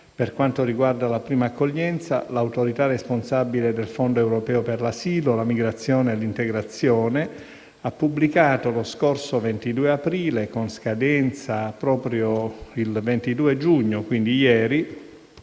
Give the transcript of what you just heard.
Per quanto riguarda la prima accoglienza, l'Autorità responsabile del fondo europeo per l'asilo, la migrazione e l'integrazione ha pubblicato, lo scorso 22 aprile con scadenza ieri, 22 giugno, il bando